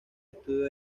estudio